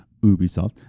Ubisoft